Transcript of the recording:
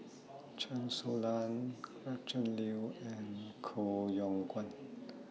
Chen Su Lan Gretchen Liu and Koh Yong Guan